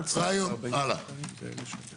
3 עד 4,